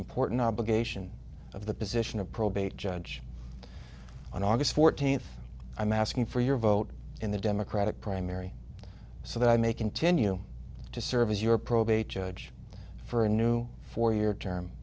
important obligation of the position of probate judge on august fourteenth i'm asking for your vote in the democratic primary so that i may continue to serve as your probate judge for a new four year term